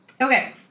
Okay